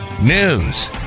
news